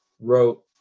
wrote